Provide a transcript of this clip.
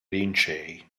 lincei